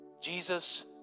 Jesus